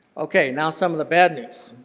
okay, now some of the bad news,